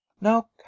now